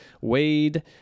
Wade